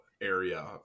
area